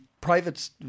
private